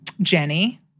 Jenny